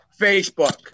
Facebook